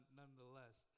nonetheless